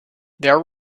there